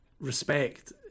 respect